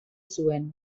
zuen